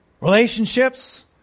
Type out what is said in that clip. relationships